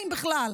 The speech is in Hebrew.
אם בכלל.